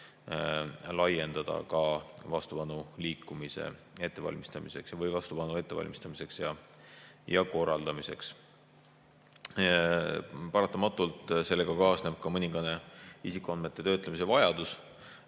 laiendada vastupanuliikumise ettevalmistamiseks või vastupanu ettevalmistamiseks ja korraldamiseks. Paratamatult kaasneb sellega mõningane isikuandmete töötlemise vajadus.